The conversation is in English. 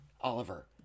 oliver